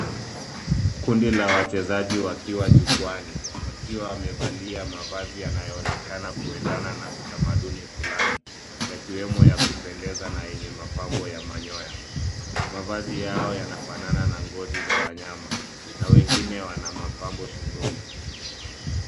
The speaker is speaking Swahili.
Kundi la wachezaji wakiwa jukwani wakiwa wamevalia mavazi yanayoonekana kuendana na utamaduni fulani yakiwemo ya kupendeza na yenye mapambo ya manyoya. Mavazi yao yana fanana na ngozi za wanyama na wengine wana mapambo shingoni.